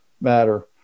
matter